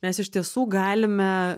mes iš tiesų galime